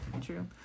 true